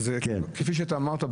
כפי שאמרת,